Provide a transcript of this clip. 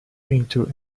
into